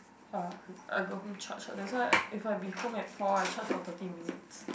uh I go home charge ah that's why if I be home at four I charge for thirty minutes